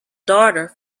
daughter